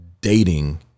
dating